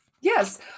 Yes